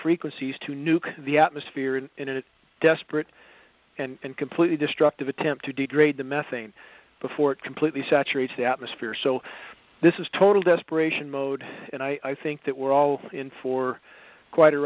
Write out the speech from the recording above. frequencies to nuke the atmosphere and in a desperate and completely destructive attempt to degrade the methane before it completely saturated the atmosphere so this is total desperation mode and i think that we're all in for quite a